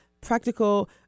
practical